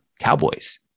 cowboys